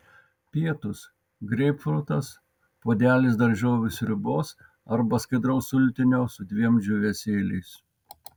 pietūs greipfrutas puodelis daržovių sriubos arba skaidraus sultinio su dviem džiūvėsėliais